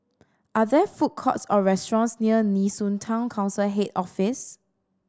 are there food courts or restaurants near Nee Soon Town Council Head Office